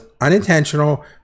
unintentional